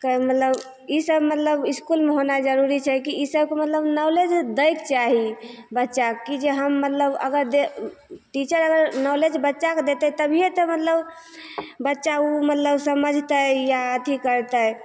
मतलब ईसब मतलब इसकुलमे होनाइ जरुरी छै ईसबके मतलब नॉलेज दैके चाही बच्चा की जे हम मतलब अगर दे टीचर अगर नॉलेज बच्चाके देतै तभीए तऽ मतलब बच्चा ओ मतलब समझतै या अथी करतै